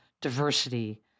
diversity